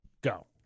Go